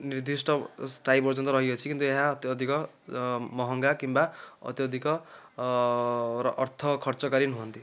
ନିର୍ଦ୍ଦିଷ୍ଟ ସ୍ଥାୟୀ ପର୍ଯ୍ୟନ୍ତ ରହିଅଛି କିନ୍ତୁ ଏହା ଅତ୍ୟଧିକ ମହଙ୍ଗା କିମ୍ବା ଅତ୍ୟଧିକ ଅର୍ଥ ଖର୍ଚ୍ଚକାରୀ ନୁହନ୍ତି